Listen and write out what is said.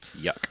Yuck